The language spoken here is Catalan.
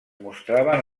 mostraven